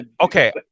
okay